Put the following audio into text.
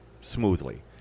smoothly